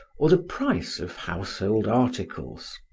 or the price of household articles.